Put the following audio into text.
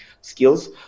skills